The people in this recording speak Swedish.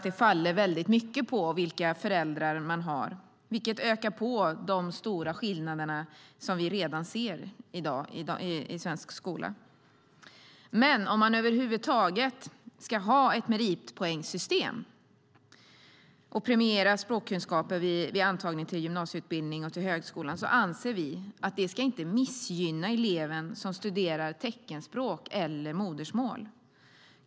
Det faller mycket på vilka föräldrar man har, vilket ökar på de stora skillnaderna som vi redan i dag ser i den svenska skolan. Om man över huvud taget ska ha ett meritpoängssystem och premiera språkkunskaper vid antagning till gymnasieutbildning och till högskolan anser vi att det inte ska missgynna eleven som studerar teckenspråk eller modersmål.